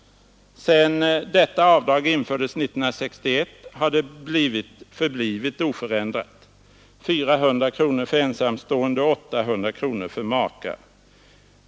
Sedan detta avdrag infördes 1961 har det förblivit oförändrat, 400 kronor för ensamstående och 800 kronor för maka.